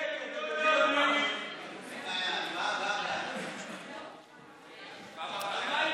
תשלום פיצויים ומקדמות לנפגעי התפרצות נגיף הקורונה החדש),